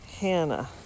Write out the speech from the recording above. hannah